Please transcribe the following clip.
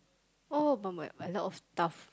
I want to buy a lot of stuff